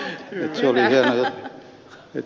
se oli hieno juttu